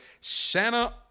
Santa